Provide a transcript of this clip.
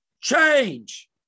change